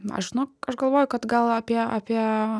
aš žinok aš galvoju kad gal apie apie